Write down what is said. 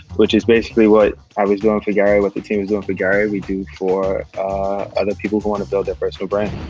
which is basically what i was doing for gary, what the team was doing for gary, we do for other people who want to build their personal brand.